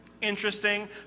interesting